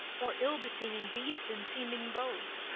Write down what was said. or ill-beseeming beast in seeming both!